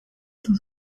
cent